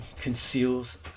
conceals